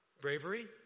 Bravery